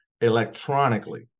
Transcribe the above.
electronically